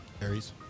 Aries